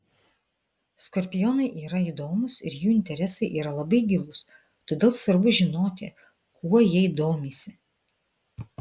skorpionai yra įdomūs ir jų interesai yra labai gilūs todėl svarbu žinoti kuo jei domisi